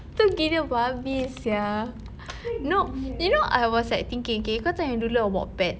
itu gila babi sia no you know I was like thinking okay cause I am dulu kat wattpad